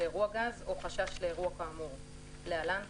לאירוע גז או חשש לאירוע כאמור (להלן-קריאה).